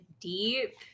deep